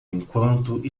enquanto